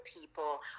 people